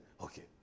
Okay